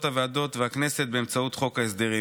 הוועדות והכנסת באמצעות חוק ההסדרים.